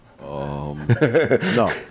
No